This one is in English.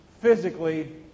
physically